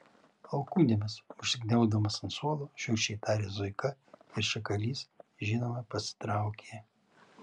alkūnėmis užsikniaubdamas ant suolo šiurkščiai tarė zuika ir šakalys žinoma pasitraukė